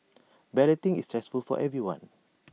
balloting is stressful for everyone